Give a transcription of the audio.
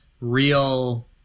real